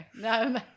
no